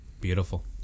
Beautiful